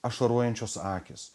ašarojančios akys